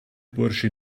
bursche